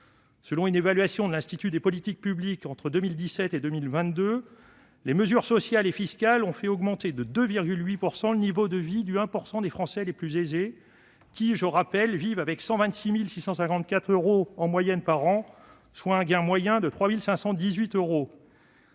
Selon une évaluation de l'Institut des politiques publiques, entre 2017 et 2022, les mesures sociales et fiscales ont fait augmenter de 2,8 % le niveau de vie du 1 % des Français les plus aisés, qui- je le rappelle -vivent avec 126 654 euros en moyenne par an, soit un gain moyen de 3 518 euros.